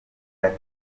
ati